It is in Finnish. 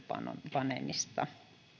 panemista